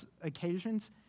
occasions